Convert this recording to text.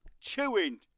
chewing